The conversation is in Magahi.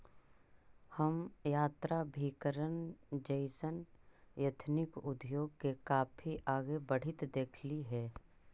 हम यात्राभिकरण जइसन एथनिक उद्योग के काफी आगे बढ़ित देखली हे